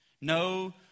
no